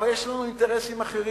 אבל יש לנו אינטרסים אחרים,